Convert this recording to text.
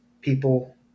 people